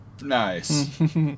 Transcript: Nice